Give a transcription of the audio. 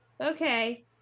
Okay